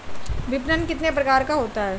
विपणन कितने प्रकार का होता है?